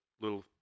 little